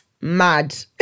mad